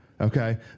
Okay